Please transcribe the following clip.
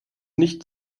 nicht